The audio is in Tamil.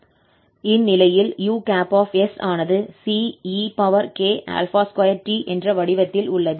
இந்நிலையில் us ஆனது cek2t என்ற வடிவத்தில் உள்ளது